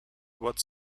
what